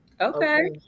Okay